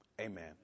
Amen